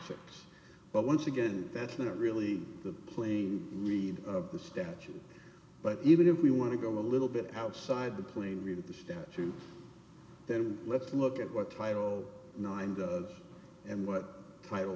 it but once again that's not really the plain meaning of the statute but even if we want to go a little bit outside the plane of the statute then let's look at what title nine does and what title